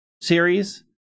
series